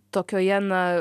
tokioje na